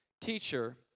Teacher